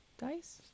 dice